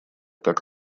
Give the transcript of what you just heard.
как